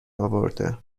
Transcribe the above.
اورده